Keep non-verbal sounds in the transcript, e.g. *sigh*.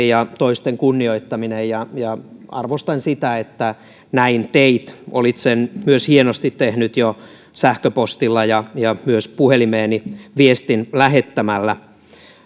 *unintelligible* ja toisten kunnioittaminen on tärkeää ja arvostan sitä että näin teit olit sen myös hienosti tehnyt jo sähköpostilla ja ja myös puhelimeeni viestin lähettämällä